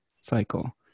cycle